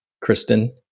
Kristen